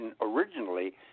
originally